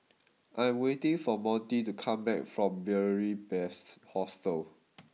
I am waiting for Monty to come back from Beary Best Hostel